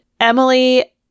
Emily